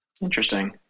Interesting